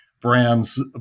brands